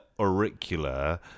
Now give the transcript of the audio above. auricular